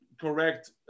correct